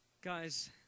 Guys